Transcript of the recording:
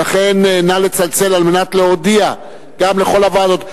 ולכן, נא לצלצל, על מנת להודיע גם לכל הוועדות.